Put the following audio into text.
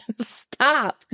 Stop